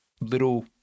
little